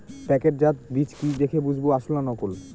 প্যাকেটজাত বীজ কি দেখে বুঝব আসল না নকল?